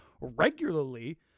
regularly